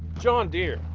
john deere,